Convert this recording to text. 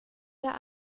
der